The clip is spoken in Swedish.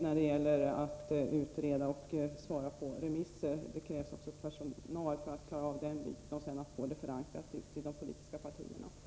När kan vi vänta att regeringen verkställer vad riksdagen gett regeringen till känna om specialskolans ansvar för klädinköp?